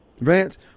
vance